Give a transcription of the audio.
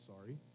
sorry